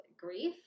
grief